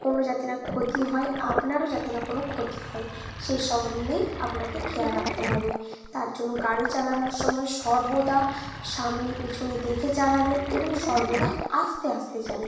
কোনো যাতে না ক্ষতি হয় আপনারও যাতে না কোনো ক্ষতি হয় সেই সম্বন্ধে আপনাকে খেয়াল রাখতে হবে তার জন্য গাড়ি চালানোর সময় সর্বদা সামনে পেছনে দেখে চালাবেন এবং সর্বদা আস্তে আস্তে যাবেন